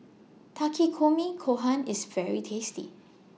Takikomi Gohan IS very tasty